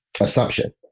assumption